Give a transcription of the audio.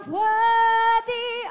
worthy